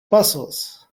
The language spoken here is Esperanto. pasos